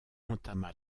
entama